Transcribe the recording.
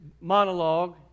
monologue